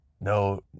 no